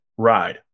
ride